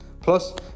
Plus